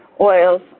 Oils